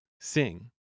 sing